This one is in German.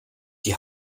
die